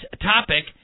topic